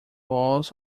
walls